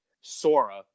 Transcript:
Sora